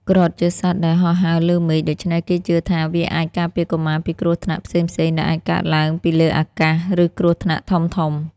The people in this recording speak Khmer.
គ្រុឌជាសត្វដែលហោះហើរលើមេឃ ដូច្នេះគេជឿថាវាអាចការពារកុមារពីគ្រោះថ្នាក់ផ្សេងៗដែលអាចកើតឡើងពីលើអាកាស ឬគ្រោះថ្នាក់ធំៗ។